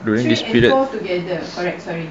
during this period